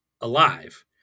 alive